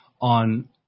on